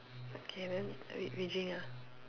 okay then we we drink ah